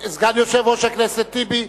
סגן יושב-ראש הכנסת טיבי,